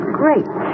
great